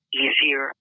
easier